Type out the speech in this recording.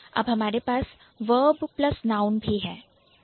अब हमारे पास Verb Plus Noun verb plus noun है